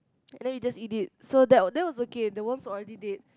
and then we just eat it so that was that was okay the worms already dead